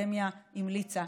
האקדמיה המליצה,